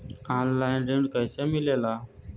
Online ऋण कैसे मिले ला?